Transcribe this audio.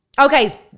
okay